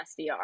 SDR